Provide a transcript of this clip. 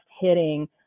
hitting